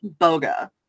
Boga